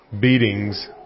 beatings